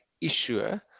issuer